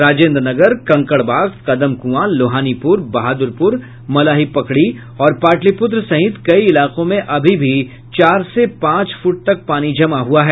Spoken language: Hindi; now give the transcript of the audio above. राजेंद्रनगर कंकड़बाग कदमकुआं लोहानीपुर बहादुरपुर मलाही पकड़ी और पाटलीपुत्र सहित कई इलाकों में अभी भी चार से पांच फूट तक पानी जमा हुआ है